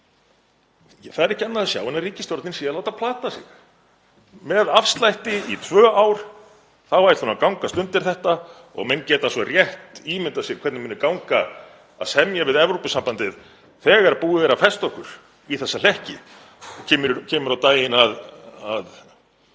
Það er ekki annað að sjá en að ríkisstjórnin sé að láta plata sig. Með afslætti í tvö ár þá ætlar hún að gangast undir þetta. Og menn geta rétt ímyndað sér hvernig það mun ganga að semja við Evrópusambandið þegar búið er að festa okkur í þessa hlekki